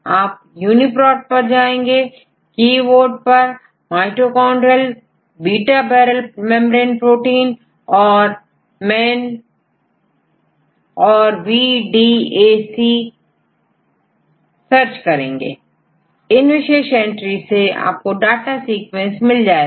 आपUniProt पर जाएंगे कीबोर्ड पर mitochondrial beta barrel membrane protein और human औरVDAC सर्च करेंगे इन विशेष एंट्री से आपको टाटा सीक्वेंस मिल जाएगा